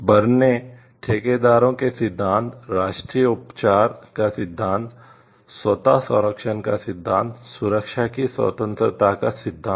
burn ठेकेदार के सिद्धांत राष्ट्रीय उपचार का सिद्धांत स्वत संरक्षण का सिद्धांत सुरक्षा की स्वतंत्रता का सिद्धांत